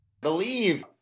believe